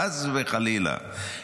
חס וחלילה,